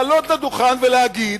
לעלות לדוכן ולהגיד: